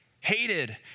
hated